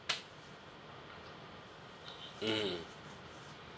mm